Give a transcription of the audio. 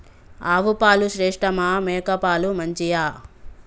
ఆవు పాలు శ్రేష్టమా మేక పాలు మంచియా?